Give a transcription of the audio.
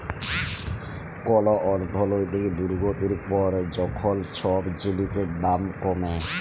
call অর্থলৈতিক দুর্গতির পর যখল ছব জিলিসের দাম কমে